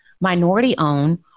minority-owned